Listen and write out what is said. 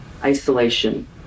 isolation